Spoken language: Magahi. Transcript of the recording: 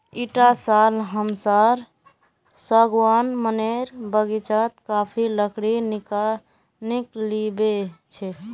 इटा साल हमसार सागवान मनेर बगीचात काफी लकड़ी निकलिबे छे